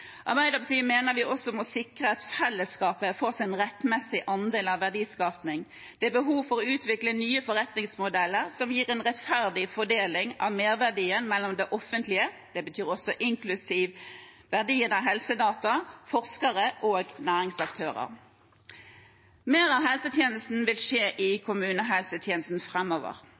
Arbeiderpartiet mener vi også må sikre at fellesskapet får sin rettmessige andel av verdiskapingen. Det er behov for å utvikle nye forretningsmodeller som gir en rettferdig fordeling av merverdien mellom det offentlige – det betyr også inklusiv verdien av helsedata – forskere og næringsaktører. Mer av helsetjenesten vil skje i kommunehelsetjenesten